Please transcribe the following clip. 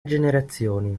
generazioni